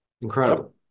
Incredible